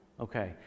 Okay